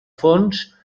fons